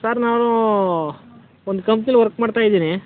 sir ನಾನು ಒಂದು ಕಂಪ್ನಿಲಿ ವರ್ಕ್ ಮಾಡ್ತಾಯಿದ್ದೀನಿ